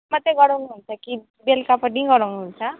मात्र गराउनु हुन्छ कि बेलुका पनि गराउनु हुन्छ ए